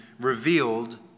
revealed